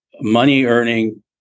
money-earning